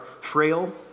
frail